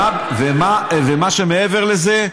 ומה שמעבר לזה,